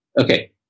okay